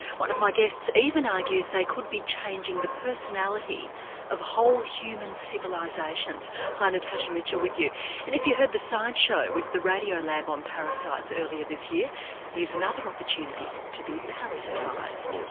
one of my guests even argues they could be changing the personality of whole human civilisations. hi, natasha mitchell with you and if you heard the science show with the radiolab on parasites earlier this year here's another opportunity to be parasitised.